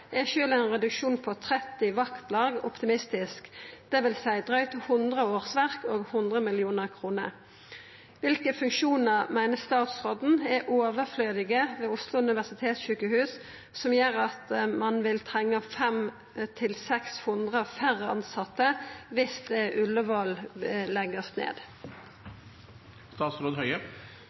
er selv en reduksjon på 30 vaktlag optimistisk – det vil si drøyt 100 årsverk og 100 mill. kroner. Hvilke funksjoner mener statsråden er overflødige ved Oslo universitetssykehus, som gjør at man vil trenge 500–600 færre ansatte hvis Ullevål legges ned?»